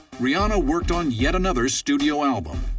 rihanna worked on yet another studio album,